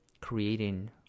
creating